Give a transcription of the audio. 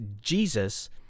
Jesus